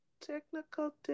Technical